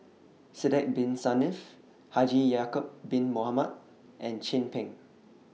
Sidek Bin Saniff Haji Ya'Acob Bin Mohamed and Chin Peng